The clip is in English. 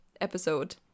episode